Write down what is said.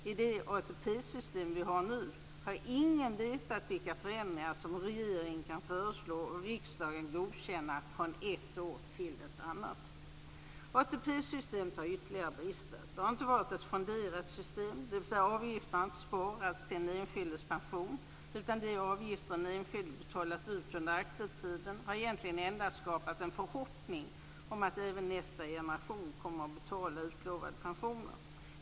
I det ATP-system vi har nu har ingen vetat vilka förändringar som regeringen kan föreslå och riksdagen godkänna från ett år till ett annat. ATP-systemet har ytterligare brister. Det har inte varit ett fonderat system, dvs. avgifterna har inte sparats till den enskildes pension utan de avgifter den enskilde betalat under aktivtiden har egentligen endast skapat en förhoppning om att även nästa generation kommer att betala utlovade pensioner.